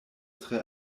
tre